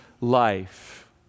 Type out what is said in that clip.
life